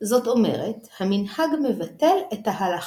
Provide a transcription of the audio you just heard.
"זאת אומרת המנהג מבטל את ההלכה",